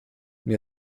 mir